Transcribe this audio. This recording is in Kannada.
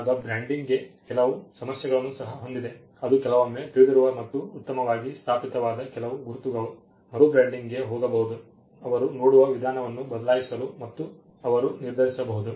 ಈಗ ಬ್ರ್ಯಾಂಡಿಂಗ್ ಕೆಲವು ಸಮಸ್ಯೆಗಳನ್ನು ಸಹ ಹೊಂದಿದೆ ಅದು ಕೆಲವೊಮ್ಮೆ ತಿಳಿದಿರುವ ಮತ್ತು ಉತ್ತಮವಾಗಿ ಸ್ಥಾಪಿತವಾದ ಕೆಲವು ಗುರುತುಗಳು ಮರುಬ್ರಾಂಡಿಂಗ್ಗೆ ಹೋಗಬಹುದು ಅವರು ನೋಡುವ ವಿಧಾನವನ್ನು ಬದಲಾಯಿಸಲು ಅವರು ನಿರ್ಧರಿಸಬಹುದು